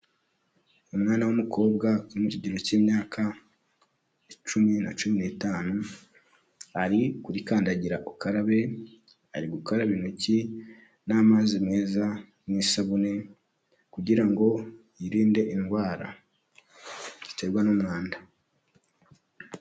Umwana w'umukobwa uri mu kigero cy'imyaka icumi na cumi n'itanu ari kuri kandagira ukarabe, ari gukaraba intoki n'amazi meza n'isabune kugira ngo yirinde indwara ziterwa n'umwanda.